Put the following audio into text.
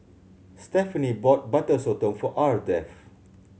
Stephenie bought Butter Sotong for Ardeth